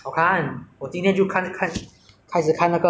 ah incredibles 你懂那个 superhero 的吗